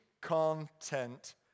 content